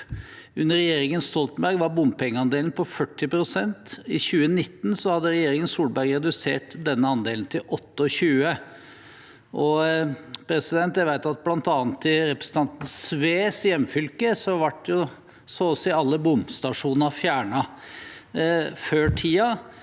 Under regjeringen Stoltenberg var bompengeandelen på 40 pst. I 2019 hadde regjeringen Solberg redusert denne andelen til 28 pst. Jeg vet at i bl.a. representanten Sves hjemfylke ble så å si alle bomstasjoner fjernet før tiden,